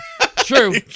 true